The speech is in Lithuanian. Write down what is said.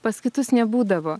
pas kitus nebūdavo